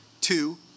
Two